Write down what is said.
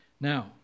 Now